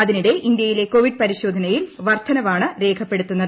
അതിനിടെ ഇന്ത്യയിലെ കോവിഡ് പരിശോധനയിൽ വർധനവാണ് രേഖപ്പെടുത്തുന്നത്